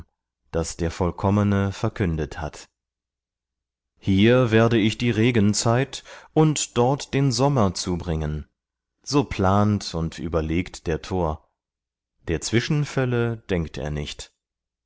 das der vollkommene verkündet hat hier werde ich die regenzeit und dort den sommer zubringen so plant und überlegt der tor der zwischenfälle denkt er nicht